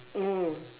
mm